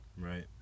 Right